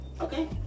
Okay